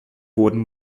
wurden